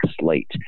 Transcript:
slate